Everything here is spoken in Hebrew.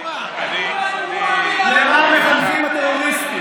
אם הוא מאמין, למה מחנכים הטרוריסטים?